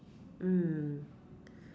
mm